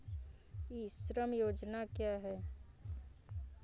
ई श्रम योजना क्या है?